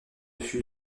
fut